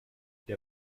der